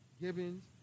Gibbons